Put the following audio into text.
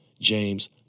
James